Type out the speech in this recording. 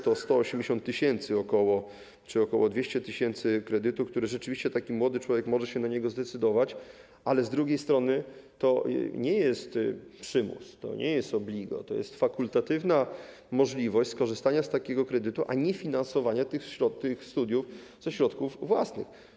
To jest 180 tys. czy ok. 200 tys. kredytu, na który rzeczywiście taki młody człowiek może się zdecydować, ale z drugiej strony to nie jest przymus, to nie jest obligo, to jest fakultatywna możliwość skorzystania z takiego kredytu zamiast finansowania tych studiów ze środków własnych.